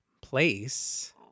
place